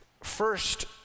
First